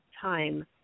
time